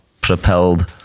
propelled